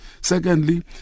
Secondly